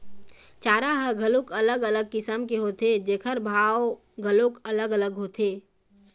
चारा ह घलोक अलग अलग किसम के होथे जेखर भाव घलोक अलग अलग होथे